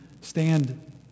stand